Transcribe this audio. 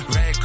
Red